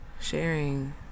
sharing